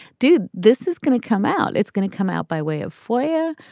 dude, this is going to come out. it's going to come out by way of foya,